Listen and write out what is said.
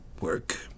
work